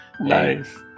Nice